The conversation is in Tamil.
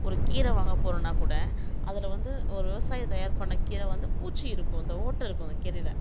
ஒரு கீரை வாங்க போறோனால் கூட அதில் வந்து ஒரு விவசாயி தயார் பண்ணற கீரை வந்து பூச்சி இருக்கும் இந்த ஓட்டை இருக்கும் கீரையில்